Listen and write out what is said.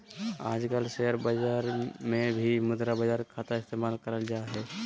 आजकल शेयर बाजार मे भी मुद्रा बाजार खाता इस्तेमाल करल जा हय